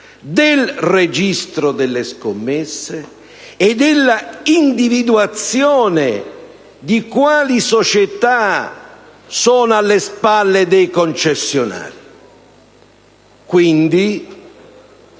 del registro delle scommesse e dell'individuazione di quali società sono alle spalle dei concessionari. Quindi,